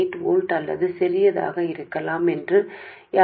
8 వోల్ట్లు లేదా చిన్నదిగా ఉంటుంది